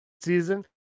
season